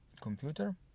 computer